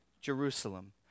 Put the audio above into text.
Jerusalem